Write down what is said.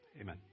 Amen